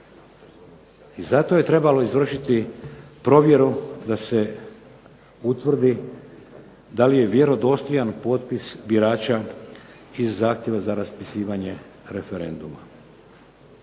I zato je trebalo izvršiti provjeru da se utvrdi da li je vjerodostojan potpis birača iz zahtjeva za raspisivanje referenduma.